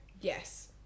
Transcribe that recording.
Yes